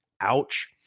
ouch